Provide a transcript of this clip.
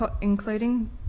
including